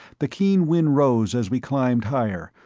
the keen wind rose as we climbed higher,